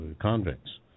convicts